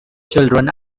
children